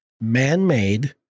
man-made